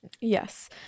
yes